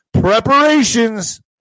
preparations